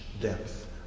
depth